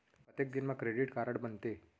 कतेक दिन मा क्रेडिट कारड बनते?